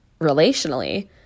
relationally